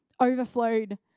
overflowed